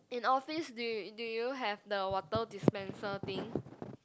in office do you do you have the water dispenser thing